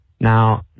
Now